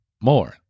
more